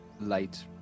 light